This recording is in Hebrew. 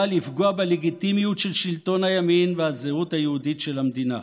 לפגוע בלגיטימיות של שלטון הימין והזהות היהודית של המדינה,